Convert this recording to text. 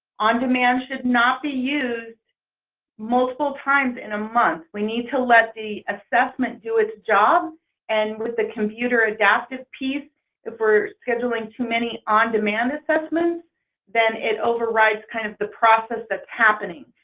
on demand should not be used multiple times in a month. we need to let the assessment do its job and with the computer-adaptive piece if we're scheduling too many on demand assessments then it overrides kind of the process that's happening.